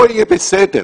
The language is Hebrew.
לא יהיה בסדר.